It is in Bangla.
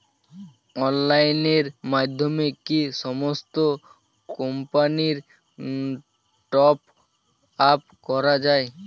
অনলাইনের মাধ্যমে কি সমস্ত কোম্পানির টপ আপ করা যায়?